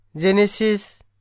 Genesis